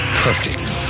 perfect